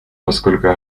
поскольку